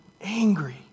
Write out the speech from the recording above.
angry